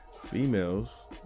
females